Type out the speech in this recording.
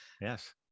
Yes